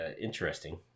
interesting